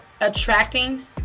attracting